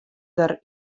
der